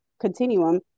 continuum